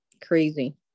crazy